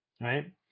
right